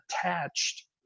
attached